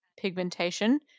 pigmentation